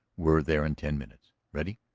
we're there in ten minutes. ready?